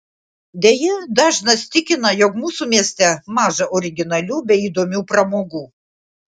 deja dažnas tikina jog mūsų mieste maža originalių bei įdomių pramogų